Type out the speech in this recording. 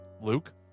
Luke